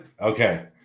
okay